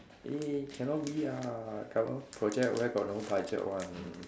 eh cannot be ah government project where got no budget one